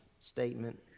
statement